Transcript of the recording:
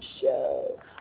show